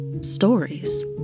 stories